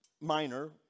Minor